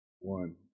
one